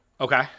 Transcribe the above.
Okay